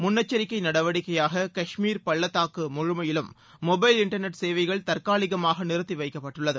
முன்னெச்சரிக்கை நடவடிக்கையாக காஷ்மீர் பள்ளத்தாக்கு முழுமையிலும் மொபைல் இன்டர்நெட் சேவைகள் தற்காலிகமாக நிறுத்தி வைக்கப்பட்டுள்ளது